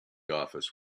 office